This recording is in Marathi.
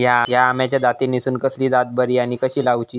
हया आम्याच्या जातीनिसून कसली जात बरी आनी कशी लाऊची?